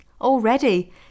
Already